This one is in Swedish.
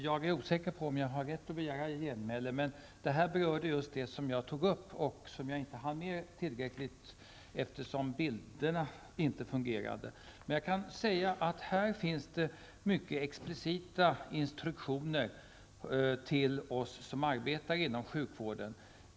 Herr talman! Detta berör just det som jag tog upp och som jag inte hann med tillräckligt, eftersom mina bilder inte fungerade. Här finns mycket explicita instruktioner till oss som arbetar inom sjukvården.